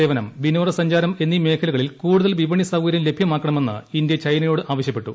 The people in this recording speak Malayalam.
സേവനം വിനോദ സഞ്ചാരം എന്നീ മേഖലകളിൽ കൂടുതൽ വിപണി സൌകര്യം ലഭ്യമാക്കണമെന്ന് ഇന്ത്യ ചൈനയോട് ആവശ്യപ്പെട്ടു